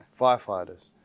Firefighters